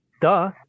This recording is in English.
duh